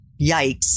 yikes